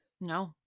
No